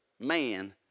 man